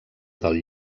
del